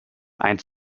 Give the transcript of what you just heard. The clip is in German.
ein